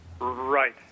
Right